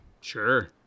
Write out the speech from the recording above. sure